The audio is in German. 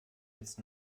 jetzt